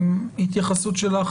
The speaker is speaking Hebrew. התייחסות שלך,